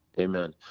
Amen